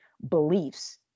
beliefs